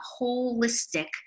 holistic